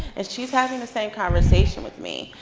and she's having the same conversation with me.